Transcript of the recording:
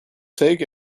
take